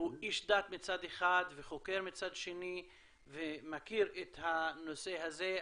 הוא איש דת מצד אחד וחוקר מצד שני ומכיר את הנושא הזה.